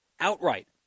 outright